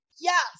yes